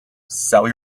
sell